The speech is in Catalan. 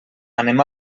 anem